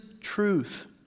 truth